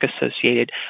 associated